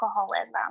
alcoholism